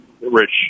Rich